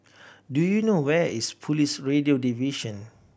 do you know where is Police Radio Division